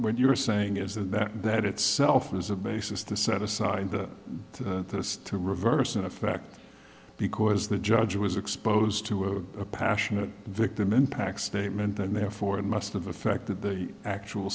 when you are saying is that that itself is a basis to set aside that interest to reverse in effect because the judge was exposed to a passionate victim impact statement and therefore it must have affected the actual